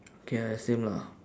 K ah same lah